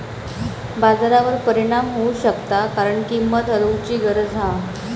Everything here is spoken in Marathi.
बाजारावर परिणाम होऊ शकता कारण किंमत हलवूची गरज हा